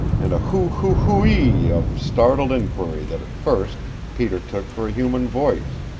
and a hoo-hoo-hoo-ee of startled inquiry that at first peter took for a human voice.